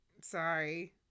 Sorry